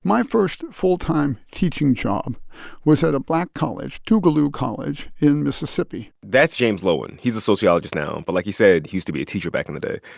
my first full-time teaching job was at a black college, tougaloo college in mississippi that's james loewen. he's a sociologist now, but like he said, he used to be a teacher back in the day.